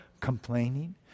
complaining